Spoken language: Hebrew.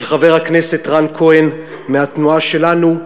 של חבר הכנסת רן כהן מהתנועה שלנו.